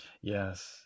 yes